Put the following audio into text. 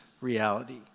reality